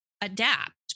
adapt